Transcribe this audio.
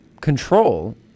control